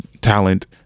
talent